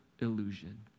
illusion